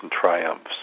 triumphs